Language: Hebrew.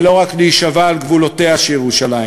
ולא רק להישבע על גבולותיה של ירושלים.